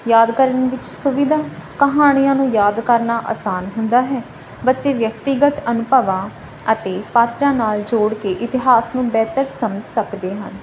ਯਾਦ ਕਰਨ ਵਿੱਚ ਸੁਵਿਧਾ ਕਹਾਣੀਆਂ ਨੂੰ ਯਾਦ ਕਰਨਾ ਆਸਾਨ ਹੁੰਦਾ ਹੈ ਬੱਚੇ ਵਿਅਕਤੀਗਤ ਅਨੁਭਵਾਂ ਅਤੇ ਪਾਤਰਾਂ ਨਾਲ ਜੋੜ ਕੇ ਇਤਿਹਾਸ ਨੂੰ ਬਿਹਤਰ ਸਮਝ ਸਕਦੇ ਹਨ